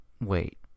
wait